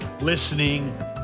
listening